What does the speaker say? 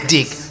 Dick